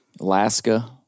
Alaska